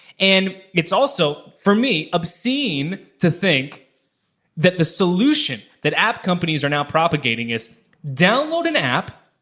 and it's also, for me, obscene to think that the solution that app companies are now propagating is download an app,